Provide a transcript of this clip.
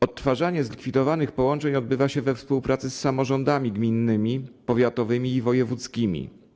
Odtwarzanie zlikwidowanych połączeń odbywa się we współpracy z samorządami gminnymi, powiatowymi i wojewódzkimi.